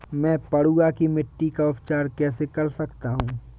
मैं पडुआ की मिट्टी का उपचार कैसे कर सकता हूँ?